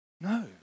no